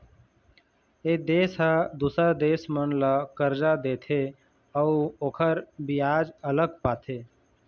ए देश ह दूसर देश मन ल करजा देथे अउ ओखर बियाज अलग पाथे